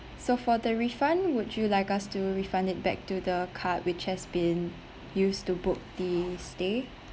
so for the refund would you like us to refund it back to the card which has been used to book the stay